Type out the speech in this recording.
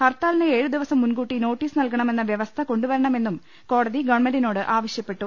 ഹർത്താലിന് ഏഴ് ദിവസം മുൻകൂട്ടി നോട്ടീസ് നൽകണമെന്ന വ്യവസ്ഥ കൊണ്ടുവരണമെന്നും കോടതി ഗവൺമെന്റിനോട് ആവ ശൃപ്പെട്ടു